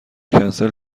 کنسل